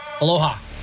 Aloha